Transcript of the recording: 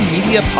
Media